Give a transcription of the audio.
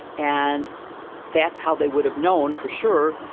and that's how they would have known for sure.